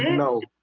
no